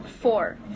four